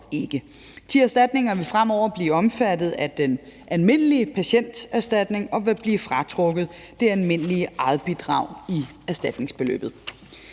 De erstatninger vil fremover blive omfattet af den almindelige patienterstatning og vil blive fratrukket det almindelige egetbidrag i erstatningsbeløbet.